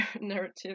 narrative